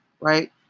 right